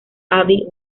abbey